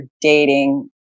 dating